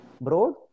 broad